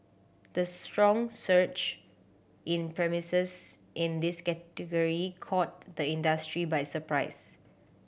the strong surge in premises in this category caught the industry by surprise